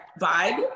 vibe